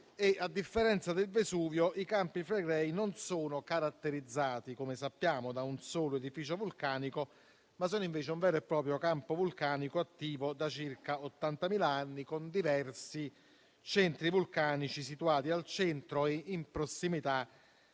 A differenza del Vesuvio, i Campi Flegrei non sono caratterizzati - come sappiamo - da un solo edificio vulcanico, ma sono invece un vero e proprio campo vulcanico attivo da circa 80.000 anni, con diversi centri vulcanici situati al centro e in prossimità